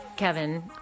Kevin